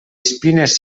espines